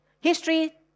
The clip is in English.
History